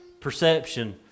perception